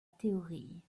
théorie